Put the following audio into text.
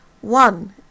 One